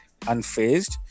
unfazed